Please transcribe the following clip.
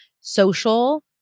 social